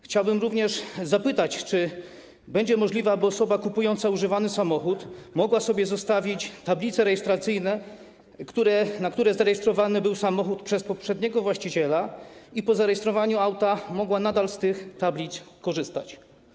Chciałbym również zapytać: Czy będzie możliwe, aby osoba kupująca używany samochód mogła sobie zostawić tablice rejestracyjne, na które zarejestrowany był samochód przez poprzedniego właściciela, i po zarejestrowaniu auta mogła nadal z tych tablic korzystać?